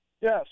Yes